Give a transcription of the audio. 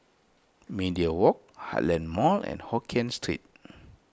Media Walk Heartland Mall and Hokkien Street